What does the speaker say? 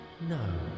No